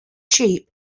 sheep